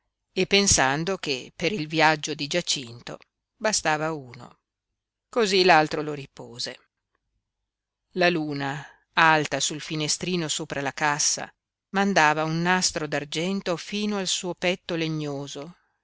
e pensando che per il viaggio di giacinto bastava uno cosí l'altro lo ripose la luna alta sul finestrino sopra la cassa mandava un nastro d'argento fino al suo petto legnoso